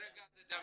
כרגע דוד מדבר.